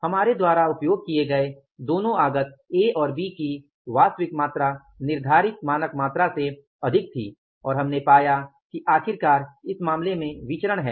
हमारे द्वारा उपयोग किए गए दोनों आगत ए और बी की वास्तविक मात्रा निर्धारित मानक मात्रा से अधिक थी और हमने पाया कि आखिरकार इस मामले में विचरण हैं